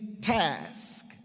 task